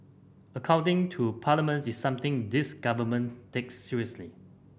accounting to Parliament is something this Government takes seriously